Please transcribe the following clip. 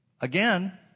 Again